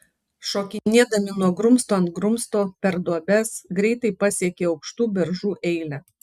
šokinėdami nuo grumsto ant grumsto per duobes greitai pasiekė aukštų beržų eilę